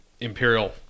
Imperial